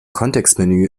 kontextmenü